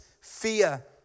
fear